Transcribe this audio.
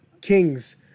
Kings